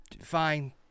fine